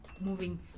moving